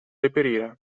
reperire